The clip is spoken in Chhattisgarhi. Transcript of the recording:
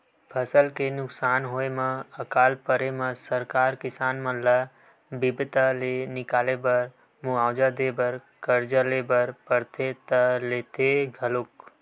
फसल के नुकसान होय म अकाल परे म सरकार किसान मन ल बिपदा ले निकाले बर मुवाजा देय बर करजा ले बर परथे त लेथे घलोक